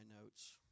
notes